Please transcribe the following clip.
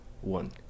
one